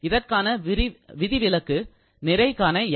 இதற்கான விதிவிலக்கு நிறை காண 'm'